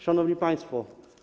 Szanowni Państwo!